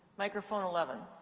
microphone eleven.